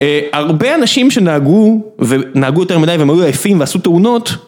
הרבה אנשים שנהגו ונהגו יותר מדי והם היו עייפים ועשו תאונות